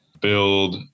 build